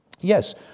Yes